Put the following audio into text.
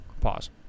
Pause